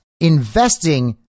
investing